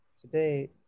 Today